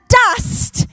dust